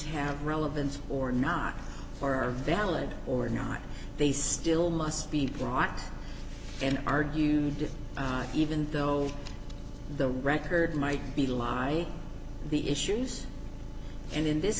have relevance or not or are valid or not they still must be brought and argued by even though the record might be lie the issues and in this